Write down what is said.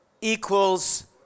equals